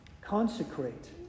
Consecrate